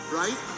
right